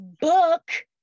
book